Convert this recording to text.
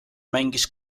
mängis